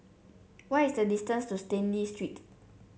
what is the distance to Stanley Street